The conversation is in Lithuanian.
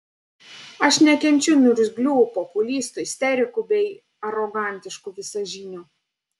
aš nekenčiu niurzglių populistų isterikų bei arogantiškų visažinių